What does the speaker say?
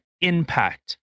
impact